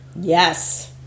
Yes